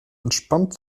entspannt